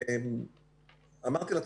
אמרתי לה,